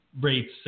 rates